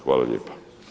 Hvala lijepa.